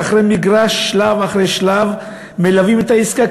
ואחרי המגרש שלב אחרי שלב מלווים את העסקה,